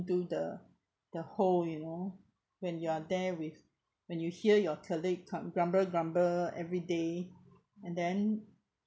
~to the the hole you know when you are there with when you hear your colleague com~ grumble grumble everyday and then